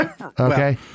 Okay